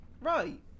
Right